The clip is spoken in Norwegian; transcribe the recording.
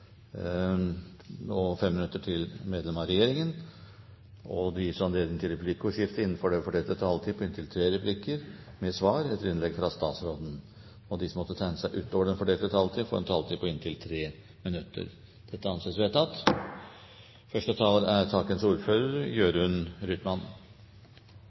og inntil 5 minutter til medlem av regjeringen. Videre vil presidenten foreslå at det gis anledning til replikkordskifte på inntil tre replikker med svar etter innlegget fra statsråden innenfor den fordelte taletid. Videre blir det foreslått at de som måtte tegne seg på talerlisten utover den fordelte taletid, får en taletid på inntil 3 minutter. – Det anses vedtatt.